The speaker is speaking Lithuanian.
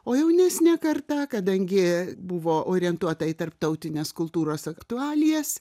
o jaunesnė karta kadangi buvo orientuota į tarptautines kultūros aktualijas